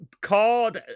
called